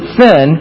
sin